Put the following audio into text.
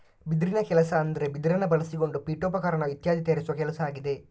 ಬಿದಿರಿನ ಕೆಲಸ ಅಂದ್ರೆ ಬಿದಿರನ್ನ ಬಳಸಿಕೊಂಡು ಪೀಠೋಪಕರಣ ಇತ್ಯಾದಿ ತಯಾರಿಸುವ ಕೆಲಸ ಆಗಿದೆ